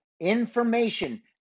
information